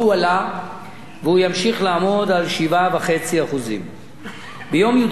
והוא ימשיך לעמוד על 7.5%. ביום י"ג באב התשע"ב,